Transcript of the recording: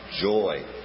joy